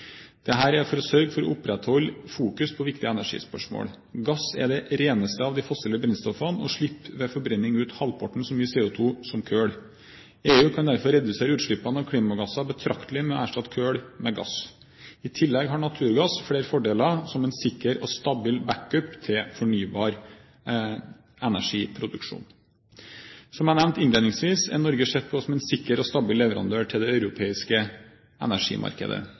er for å sørge for å opprettholde fokus på viktige energispørsmål. Gass er det reneste av de fossile brennstoffene og slipper ved forbrenning ut halvparten så mye CO2 som kull. EU kan derfor redusere utslippene av klimagasser betraktelig ved å erstatte kull med gass. I tillegg har naturgass flere fordeler som en sikker og stabil back-up til fornybar energiproduksjon. Som jeg nevnte innledningsvis, er Norge sett på som en sikker og stabil leverandør til det europeiske energimarkedet.